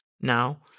now